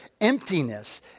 emptiness